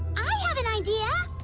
i have an idea